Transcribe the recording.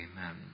Amen